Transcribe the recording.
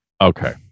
Okay